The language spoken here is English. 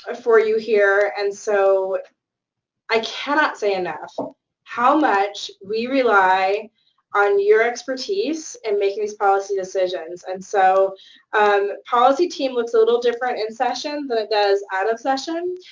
ah for you here, and so i cannot say enough how much we rely on your expertise in and making these policy decisions, and so um policy team looks a little different in session than it does out of session.